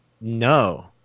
No